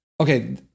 Okay